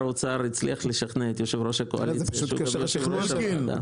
האוצר הצליח לשכנע את יושב-ראש הקואליציה שהוא גם יושב-ראש הוועדה.